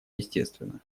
естественно